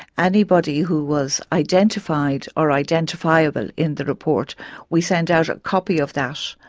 anybody who was identified or identifiable in the report we sent out a copy of that,